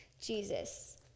Jesus